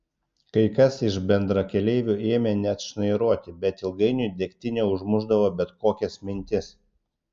kai kas iš bendrakeleivių ėmė net šnairuoti bet ilgainiui degtinė užmušdavo bet kokias mintis